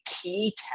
key